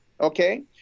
okay